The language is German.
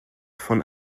von